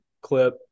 clip